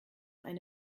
eine